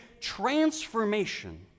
transformation